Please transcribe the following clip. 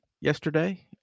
yesterday